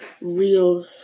real